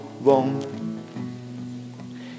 wrong